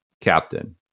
captain